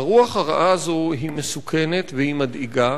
הרוח הרעה הזאת היא מסוכנת והיא מדאיגה,